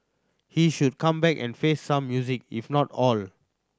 he should come back and face some music if not all